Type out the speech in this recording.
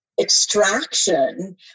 extraction